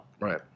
Right